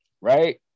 Right